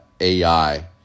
AI